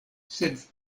sed